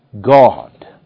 God